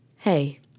Hey